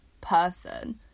person